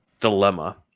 dilemma